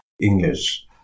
English